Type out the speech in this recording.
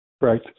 Right